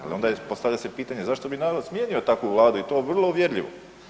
Ali onda postavlja se pitanje zašto bi narod smijenio takvu vladu i to vrlo uvjerljivo.